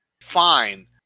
fine